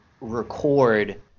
record